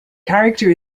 character